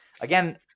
Again